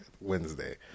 Wednesday